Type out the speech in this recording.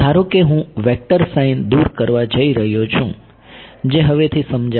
ધારો કે હું વેક્ટર સાઈન દૂર કરવા જઈ રહ્યો છું જે હવેથી સમજાય છે